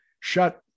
shut